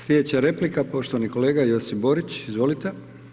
Slijedeća replika, poštovani kolega Josip Borić, izvolite.